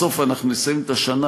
בסוף אנחנו נסיים את השנה,